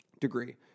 degree